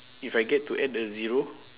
if I get to add a zero